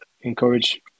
encourage